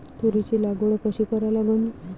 तुरीची लागवड कशी करा लागन?